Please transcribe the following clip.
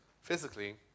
physically